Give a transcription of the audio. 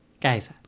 Guys